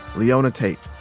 leona tate,